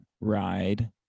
ride